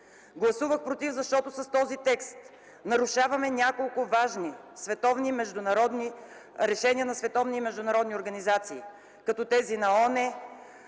Гласувах „против”, защото с този текст нарушаваме няколко важни решения на световни и международни организации като тези на ООН,